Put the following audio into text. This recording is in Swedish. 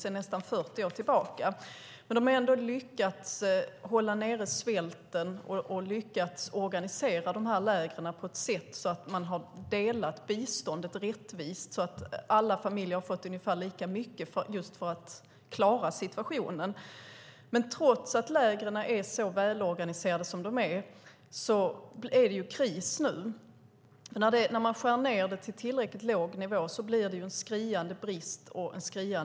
Men man har ändå lyckats hålla ned svälten och organisera lägren så att biståndet har delats rättvist. Alla familjer har fått ungefär lika mycket så att de kan klara situationen. Trots att lägren är så välorganiserade som de är råder nu kris. När biståndet skärs ned till en tillräckligt låg nivå blir det en skriande brist och kris.